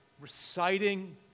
reciting